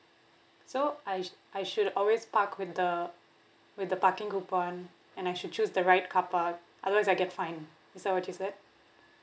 so I sh~ I should always park with the with the parking coupon and I should choose the right carpark otherwise I get fined is that what you said